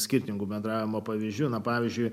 skirtingų bendravimo pavyzdžiu na pavyzdžiui